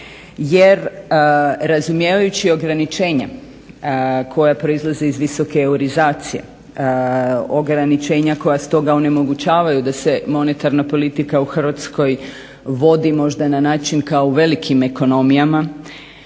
Jer razumijevajući ograničenja koja proizlaze iz visoke eurizacije, ograničenja koja stoga onemogućavaju da se monetarna politika u Hrvatskoj vodi možda na način kao u velikim ekonomijama.